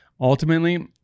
ultimately